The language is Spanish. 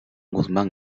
guzmán